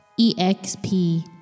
EXP